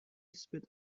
spit